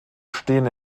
stehen